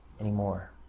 anymore